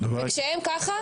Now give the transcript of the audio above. כשהם ככה,